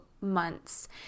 months